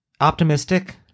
optimistic